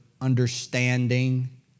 understanding